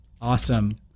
Awesome